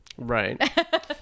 right